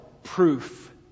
proof